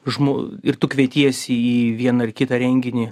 žmu ir tu kvietiesi į vieną ar kitą renginį